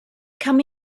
come